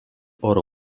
oro